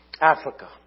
Africa